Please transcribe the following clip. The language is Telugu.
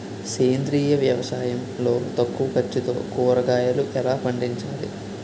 సేంద్రీయ వ్యవసాయం లో తక్కువ ఖర్చుతో కూరగాయలు ఎలా పండించాలి?